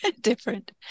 different